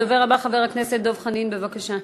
הדובר הבא, חבר הכנסת דב חנין, בבקשה.